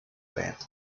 band